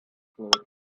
float